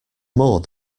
more